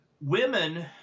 women